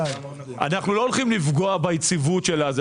אנחנו לא הולכים לפגוע ביציבות.